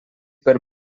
per